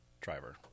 driver